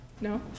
No